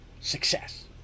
Success